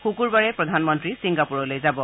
শুকুৰবাৰে প্ৰধানমন্ত্ৰী ছিংগাপুবলৈ যাব